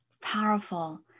powerful